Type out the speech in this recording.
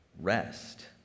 rest